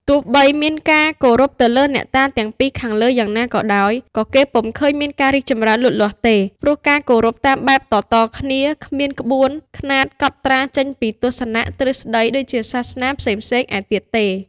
ទោះបីមានការគោរពទៅលើអ្នកតាទាំងពីរខាងលើយ៉ាងណាក៏ដោយ ក៏គេពុំឃើញមានការរីកចម្រើនលូតលាស់ទេ ព្រោះការគោរពតាមបែបតៗគ្នា គ្មានក្បួនខ្នាតកត់ត្រារចេញជាទស្សនៈ ទ្រឹស្តី ដូចសាសនាផ្សេងៗឯទៀតទេ។